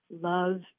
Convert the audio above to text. love